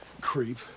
Creep